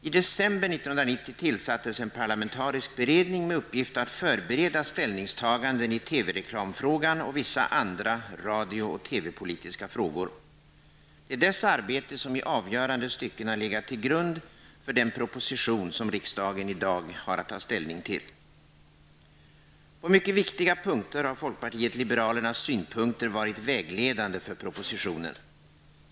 I december 1990 tillsattes en parlamentarisk beredning med uppgift att förbereda ställningstaganden i TV-reklamfrågan och vissa andra radio och TV-politiska frågor. Dess arbete har i avgörande stycken legat till grund för den proposition som riksdagen i dag har att ta ställning till. På mycket viktiga punkter har folkpartiet liberalernas synpunkter varit vägledande för propositionen.